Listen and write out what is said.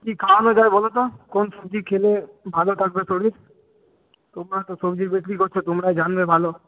কী খাওয়ানো যায় বলো তো কোন সবজি খেলে ভালো থাকবে শরীর তোমরা তো সবজি বিক্রি করছ তোমরা জানবে ভালো